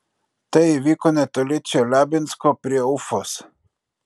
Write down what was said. tai įvyko netoli čeliabinsko prie ufos